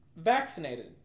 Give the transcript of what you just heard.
Vaccinated